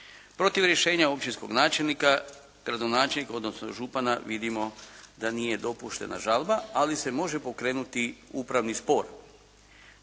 Protiv rješenja općinskog načelnika, gradonačelnika odnosno župana vidimo da nije dopuštena žalba, ali se može pokrenuti upravni spor.